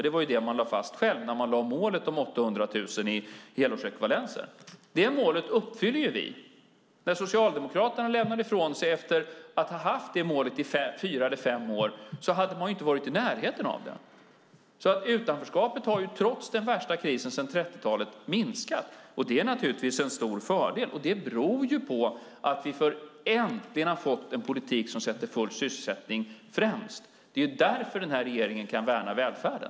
Det var det man själv lade fast när man lade målet om 800 000 i helårsekvivalenser. Detta mål uppfyller vi. När Socialdemokraterna lämnade ifrån sig efter att ha haft detta mål i fyra eller fem år hade man inte varit i närheten av det. Utanförskapet har alltså trots den värsta krisen sedan 30-talet minskat. Det är naturligtvis en stor fördel, och det beror ju på att vi äntligen har fått en politik som sätter full sysselsättning främst. Det är därför denna regering kan värna välfärden.